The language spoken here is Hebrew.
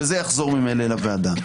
וזה יחזור ממילא לוועדה,